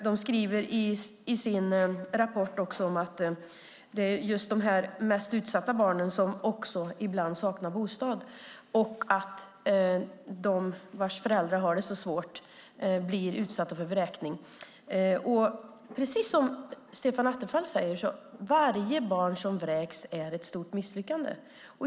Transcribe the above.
De skriver i rapporten att det är de mest utsatta barnen som ibland också saknar bostad. De barn vars föräldrar har det så svårt blir utsatta för vräkning. Precis som Stefan Attefall säger är varje barn som vräks ett stort misslyckande.